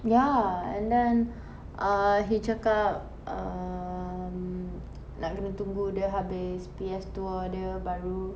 ya and then uh he cakap um nak kena tunggu dia habis P_S tour dia baru